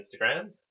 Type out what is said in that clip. Instagram